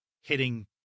hitting